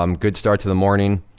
um good start to the morning.